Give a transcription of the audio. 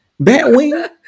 Batwing